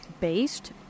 based